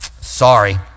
Sorry